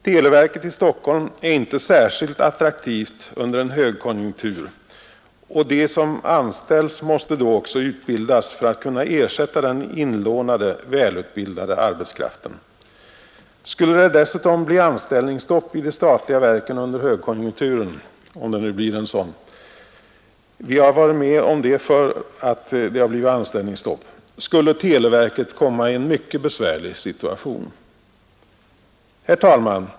Televerket i Stockholm är inte särskilt attraktivt under en högkonjunktur, och de som anställs måste då också utbildas för att kunna ersätta den inlånade välutbildade arbetskraften. Skulle det dessutom bli anställningsstopp i de statliga verken under en högkonjunktur, om det nu blir en sådan — vi har tidigare varit med om att det blivit anställningsstopp — skulle televerket komma i en mycket besvärlig situation. Herr talman!